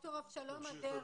דברו באחוזים,